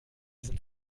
sind